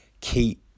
keep